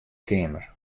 keamer